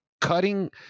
cutting